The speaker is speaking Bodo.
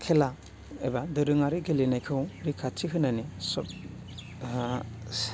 खेला एबा दोरोङारि गेलेनायखौ रैखाथि होनानै